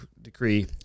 decree